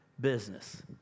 business